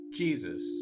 Jesus